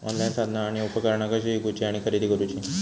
Online साधना आणि उपकरणा कशी ईकूची आणि खरेदी करुची?